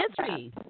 history